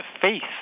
faith